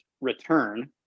return